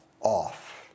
off